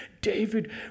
David